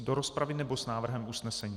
Do rozpravy, nebo s návrhem usnesení?